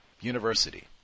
university